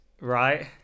Right